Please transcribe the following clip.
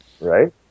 Right